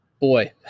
Boy